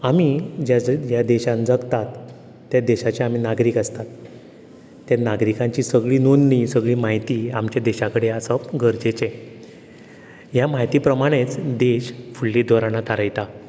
आमी ज्या ज्या देशान जल्मतात त्या देशाचें आमी नागरीक आसतात ते नागरिकांची सगली नोंदणी सगली माहिती आमच्या देशा कडेन आसप गरजेचें ह्या माहिती प्रमाणेंच देश फुडलीं धोरणां थारयता